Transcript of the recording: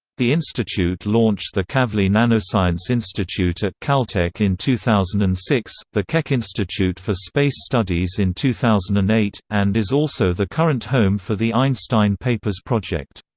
the institute launched the kavli nanoscience institute at caltech in two thousand and six, the keck institute for space studies in two thousand and eight, and is also the current home for the einstein papers project.